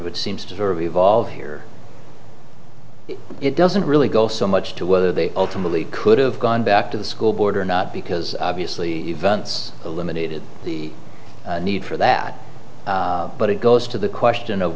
it seems to have evolved here it doesn't really go so much to whether they ultimately could have gone back to the school board or not because obviously events eliminated the need for that but it goes to the question of